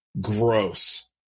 gross